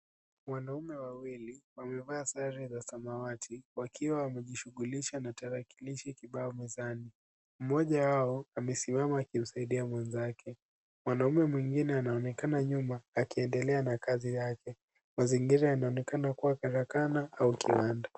Wanaume wawili, wamevaa sare za samawati wakiwa wamejishughulisha na tarakilishi kibao mezani. Mmoja wao amesimama akimsaidia mwenzake. Mwanaume mwingine anaonekana nyuma akiendelea na kazi zake. Mazingira yanaonekana kuwa karakana au kiwanda.